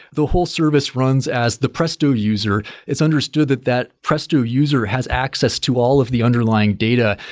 the whole service runs as the presto user is understood that that presto user has access to all of the underlying data.